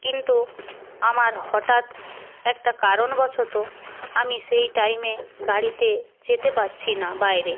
কিন্তু আমার হঠা ৎ একটা কারণবশত আমি সেই টাইমে গাড়িতে যেতে পারছি না বাইরে